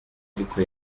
ariko